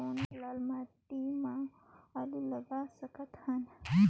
कौन लाल माटी म आलू लगा सकत हन?